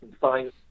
science